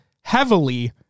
heavily